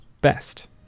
best